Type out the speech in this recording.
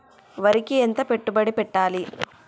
వరికి ఎంత పెట్టుబడి పెట్టాలి?